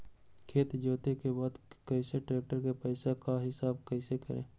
खेत जोते के बाद कैसे ट्रैक्टर के पैसा का हिसाब कैसे करें?